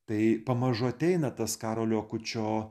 tai pamažu ateina tas karolio akučio